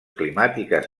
climàtiques